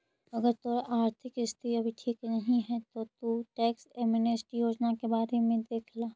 अगर तोहार आर्थिक स्थिति अभी ठीक नहीं है तो तु टैक्स एमनेस्टी योजना के बारे में देख ला